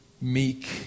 meek